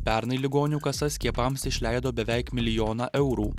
pernai ligonių kasa skiepams išleido beveik milijoną eurų